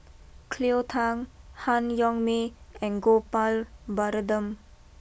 Cleo Thang Han Yong May and Gopal Baratham